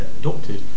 adopted